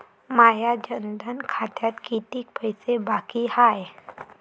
माया जनधन खात्यात कितीक पैसे बाकी हाय?